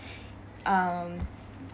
um